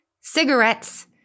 cigarettes